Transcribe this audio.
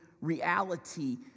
reality